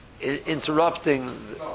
interrupting